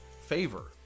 favor